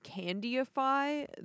candyify